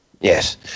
yes